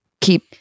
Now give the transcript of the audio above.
keep